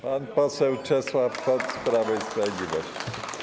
Pan poseł Czesław Hoc, Prawo i Sprawiedliwość.